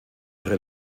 ihre